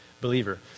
believer